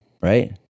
right